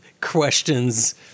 questions